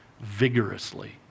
vigorously